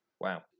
Wow